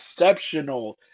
Exceptional